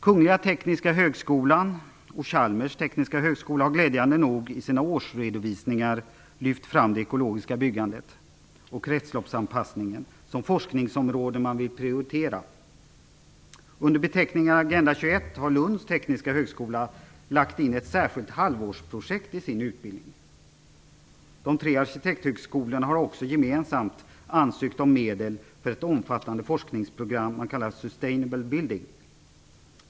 Kungliga tekniska högskolan och Chalmers tekniska högskola har glädjande nog i sina årsredovisningar lyft fram det ekologiska byggandet och kretsloppsanpassningen som forskningsområden som man vill prioritera. Under beteckningen Agenda 21 har Lunds tekniska högskola lagt in ett särskilt halvårsprojekt i sin utbildning. De tre arkitekthögskolorna har också gemensamt ansökt om medel för ett omfattande forskningsprogram som man kallar Sustainable building.